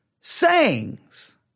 sayings